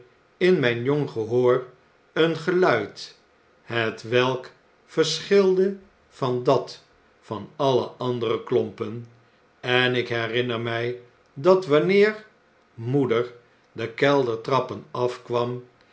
in mijn jong gehoor een geluid hetwelk verschilde van dat van alle andere klompen en ik herinner iny dat wanneer moeder de